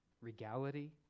regality